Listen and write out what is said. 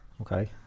Okay